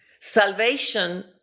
Salvation